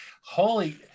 holy